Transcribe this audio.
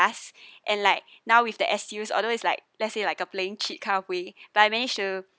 us and like now with the excuse although it's like let's say like a playing cheat kind of way but I managed to